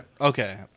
Okay